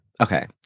okay